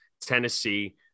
Tennessee